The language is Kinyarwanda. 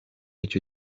icyo